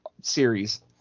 series